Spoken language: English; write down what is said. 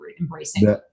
embracing